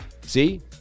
See